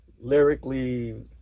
lyrically